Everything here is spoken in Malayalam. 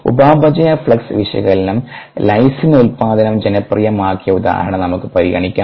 ഉപാപചയ ഫ്ലക്സ് വിശകലനം ലൈസിൻ ഉത്പാദനം ജനപ്രിയമാക്കിയ ഉദാഹരണം നമുക്ക് പരിഗണിക്കാം